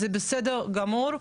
זה בסדר גמור.